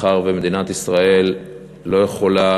מאחר שמדינת ישראל לא יכולה,